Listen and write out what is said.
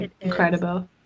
incredible